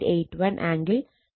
81 angle 21